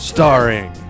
Starring